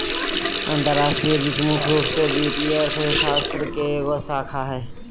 अंतर्राष्ट्रीय वित्त मुख्य रूप से वित्तीय अर्थशास्त्र के एक शाखा हय